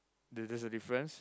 the that's the difference